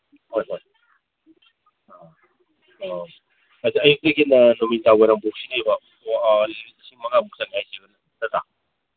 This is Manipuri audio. ꯍꯣꯏ ꯍꯣꯏ ꯑ ꯑꯣ ꯑꯌꯨꯛꯇꯒꯤꯅ ꯅꯨꯃꯤꯗꯥꯡꯋꯥꯏꯔꯝꯐꯥꯎꯁꯤꯅꯤꯕ ꯂꯤꯁꯤꯡ ꯃꯉꯥꯃꯨꯛ ꯆꯪꯉꯦ ꯍꯥꯋꯁꯦ ꯅꯠꯇ꯭ꯔꯥ